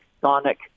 sonic